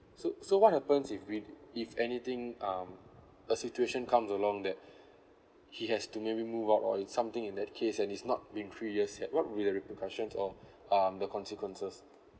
so so what happens if we if anything um a situation comes along that he has to maybe move out or if something in that case and it's not been three years yet what will be the repercussion of um the consequences